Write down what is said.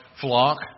flock